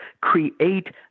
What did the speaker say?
create